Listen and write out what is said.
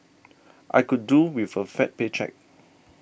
I could do with a fat paycheck